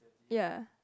ya